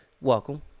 Welcome